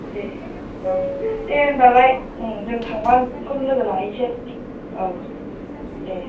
दे औ दे होमबालाय उम जों थांबा नोंखौनो लोगो लाहैसै औ दे